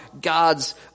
God's